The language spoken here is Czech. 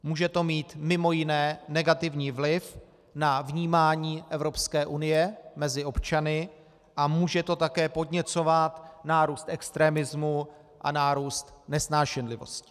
Může to mít mimo jiné negativní vliv na vnímání Evropské unie mezi občany a může to také podněcovat nárůst extremismu a nárůst nesnášenlivosti.